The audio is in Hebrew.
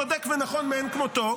צודק ונכון מאין כמותו,